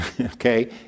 okay